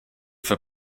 for